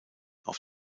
auf